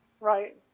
Right